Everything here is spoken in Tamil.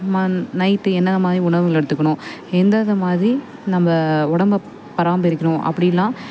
மா நைட்டு என்னென்ன மாதிரி உணவுகள் எடுத்துக்கணும் எந்தெந்த மாதிரி நம்ம உடம்பை பராமரிக்கணும் அப்படின்னுலாம்